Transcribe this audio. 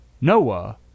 Noah